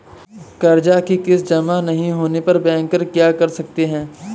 कर्ज कि किश्त जमा नहीं होने पर बैंकर क्या कर सकते हैं?